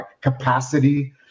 capacity